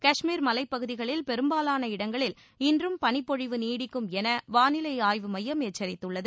கஷ்மீர் மலைப் பகுதிகளில் பெரும்பாவாள இடங்களில் இன்றும் பளிப்பொழிவு நீடிக்கும் என வானிலை ஆய்வு மையம் எச்சரித்துள்ளது